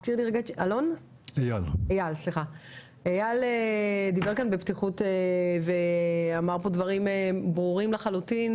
אייל דיבר כאן בפתיחות ואמר כאן דברים ברורים לחלוטין